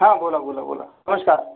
हां बोला बोला बोला नमश्कार